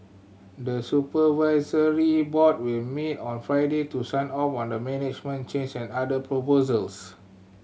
the supervisory board will meet on Friday to sign off on the management change and other proposals